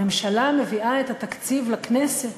הממשלה מביאה את התקציב לכנסת,